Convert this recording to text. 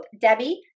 Debbie